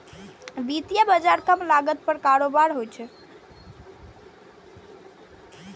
वित्तीय बाजार कम लागत पर कारोबार होइ छै